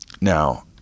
Now